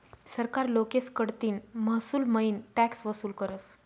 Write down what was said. सरकार लोकेस कडतीन महसूलमईन टॅक्स वसूल करस